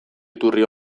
iturri